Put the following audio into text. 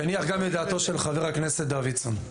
שיניח גם את דעתו של חבר הכנסת דוידסון.